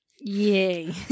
Yay